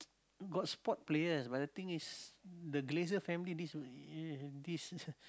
got sport players but the thing is the Glazer family this this